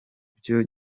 byo